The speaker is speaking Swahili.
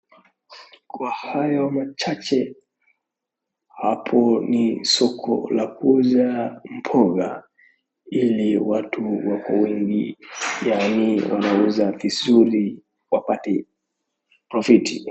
Kwa hayo machache, hapo ni soko la kuuza mboga ila watu wako wengi yaani wanauza vizuri wapate profit .